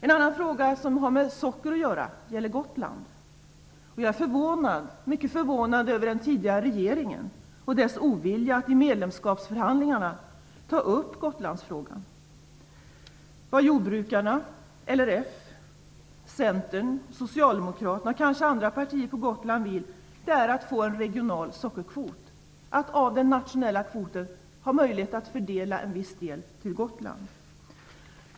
En annan fråga som har med socker att göra gäller Gotland. Jag är mycket förvånad över den tidigare regeringen och dess ovilja att i medlemskapsförhandlingarna ta upp Gotlandsfrågan. Vad jordbrukarna, LRF, Centern och Socialdemokraterna, kanske också andra partier, på Gotland vill är att få en regional sockerkvot, att av den nationella kvoten ha möjlighet att fördela en viss del till Gotland.